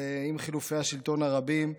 ועם חילופי השלטון הרבים,